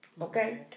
Okay